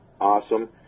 awesome